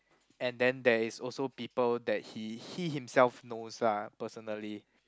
and then there is also people that he he himself knows lah personally